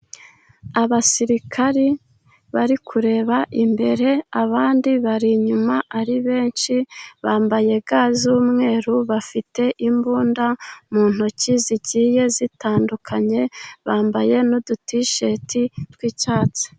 Abasirikari bari kureba imbere, abandi bari inyuma ari benshi, bambaye ga z'umweru, bafite imbunda mu ntoki zigiye zitandukanye, bambaye n'udutisheti tw'icyatsi.